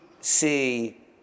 see